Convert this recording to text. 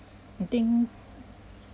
uh think